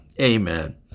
Amen